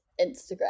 Instagram